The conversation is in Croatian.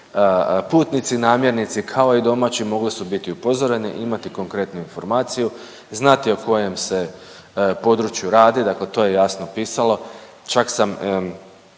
putnici namjernici kao i domaći mogli su biti upozoreni, imati konkretnu informaciju, znati o kojem se području radi, dakle to je jasno pisalo, čak sam